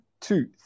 two